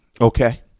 okay